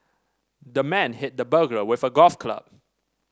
the man hit the burglar with a golf club